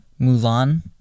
Mulan